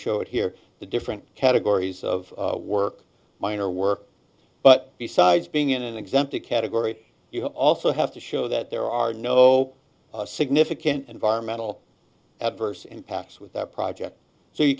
show it here the different categories of work minor work but besides being in an exempt a category you also have to show that there are no significant environmental adverse impacts with a project so you